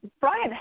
Brian